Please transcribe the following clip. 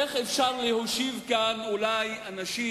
איך אפשר להושיב כאן אנשים,